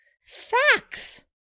Facts